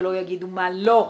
ולא יגידו מה לא,